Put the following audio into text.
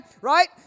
right